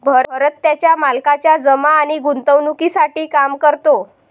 भरत त्याच्या मालकाच्या जमा आणि गुंतवणूकीसाठी काम करतो